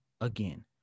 again